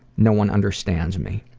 no one understands me.